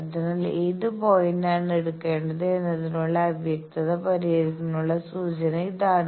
അതിനാൽ ഏത് പോയിന്റാണ് എടുക്കേണ്ടത് എന്നതിനുള്ള അവ്യക്തത പരിഹരിക്കാനുള്ള സൂചന ഇതാണ്